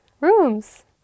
Rooms